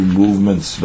movements